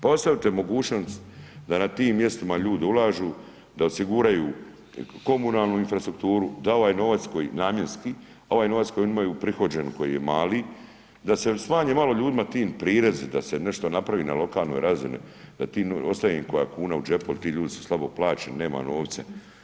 Pa ostavite mogućnost da na tim mjestima ljudi ulažu, da osiguraju komunalnu infrastrukturu, da ovaj novac koji namjenski, ovaj novac koji oni imaju uprihođen, koji je mali, da se smanji malo ljudima ti prirezi, da se nešto napravi na lokalnoj razini, da ti, ostane im koja kuna u džepu jer ti ljudi su slabo plaćeni, nema novca.